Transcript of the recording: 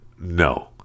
no